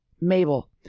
Mabel